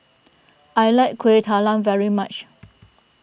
I like Kueh Talam very much